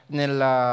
nella